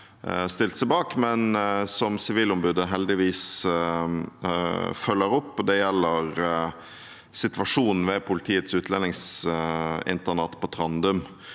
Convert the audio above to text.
stilt seg bak, men som Sivilombudet heldigvis følger opp, og det gjelder situasjonen ved Politiets utlendingsinternat på Trandum.